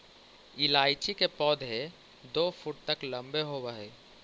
इलायची के पौधे दो फुट तक लंबे होवअ हई